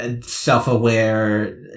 self-aware